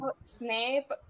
Snape